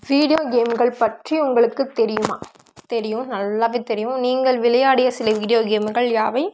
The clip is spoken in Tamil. வீடியோ கேம்கள் பற்றி உங்களுக்கு தெரியுமா தெரியும் நல்லாவே தெரியும் நீங்கள் விளையாடிய சில வீடியோ கேமுகள் யாவை